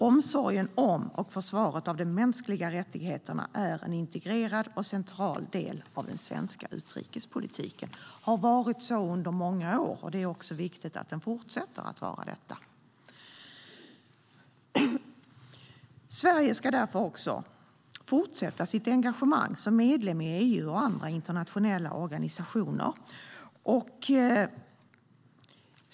Omsorgen om och försvaret av de mänskliga rättigheterna är en integrerad och central del av den svenska utrikespolitiken. Så har det varit under många år, och det är också viktigt att det fortsätter att vara så. Sverige ska därför också fortsätta sitt engagemang som medlem i EU och i andra internationella organisationer.